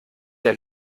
der